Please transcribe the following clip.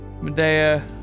Medea